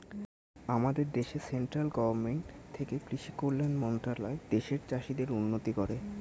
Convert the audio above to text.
আমাদের দেশে central government থেকে কৃষি কল্যাণ মন্ত্রণালয় দেশের চাষীদের উন্নতি করে